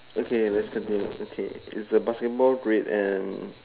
okay let's continue okay is a basketball red and